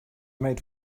made